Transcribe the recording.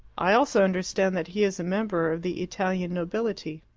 i also understand that he is a member of the italian nobility.